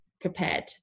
prepared